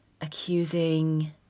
accusing